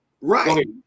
Right